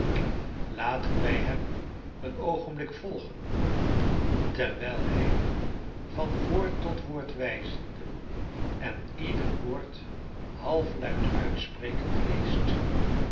laten wij hem een oogenblik volgen terwijl hij van woord tot woord wijzende en ieder woord halfluid uitsprekende leest